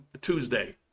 Tuesday